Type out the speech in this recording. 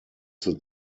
zur